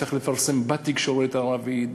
צריך לפרסם בתקשורת הערבית,